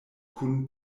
kun